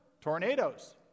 Tornadoes